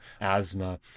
asthma